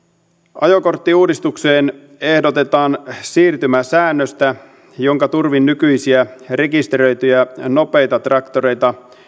ajokorttiuudistukseen ehdotetaan siirtymäsäännöstä jonka turvin nykyisiä rekisteröityjä nopeita traktoreita